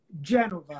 Genova